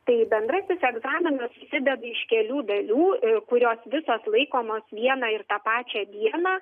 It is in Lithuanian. tai bendrasis egzaminas susideda iš kelių dalių kurios visos laikomos vieną ir tą pačią dieną